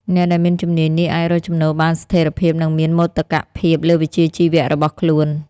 អ្នកដែលមានជំនាញនេះអាចរកចំណូលបានស្ថេរភាពនិងមានមោទកភាពលើវិជ្ជាជីវៈរបស់ខ្លួន។